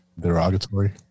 Derogatory